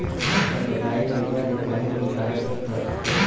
तब बताई कहिया लेके आई कुल कागज पतर?